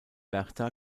bertha